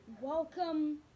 Welcome